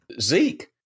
Zeke